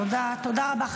תודה, תודה רבה.